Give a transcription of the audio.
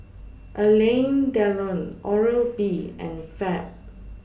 Alain Delon Oral B and Fab